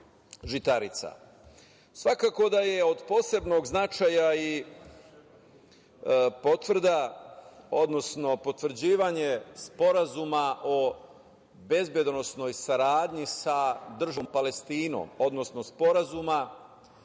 žitarica. Svakako da je od posebnog značaja i potvrda, odnosno potvrđivanje Sporazuma o bezbedonosnoj saradnji sa državom Palestinom, odnosno Sporazuma